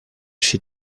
she